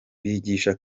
bigisha